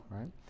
Right